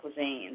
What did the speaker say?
cuisines